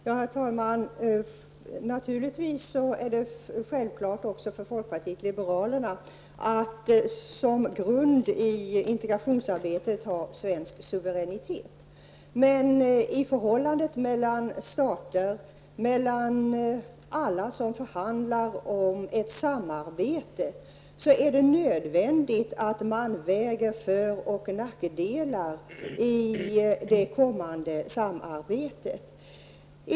Herr talman! Naturligtvis är det självklart också för folkpartiet liberalerna att man som grund i integrationsarbetet skall ha en svensk suveränitet. Men i förhållandet mellan stater och andra som förhandlar om ett samarbete är det nördvändigt att man väger för och nackdelar i det kommande samarbetet.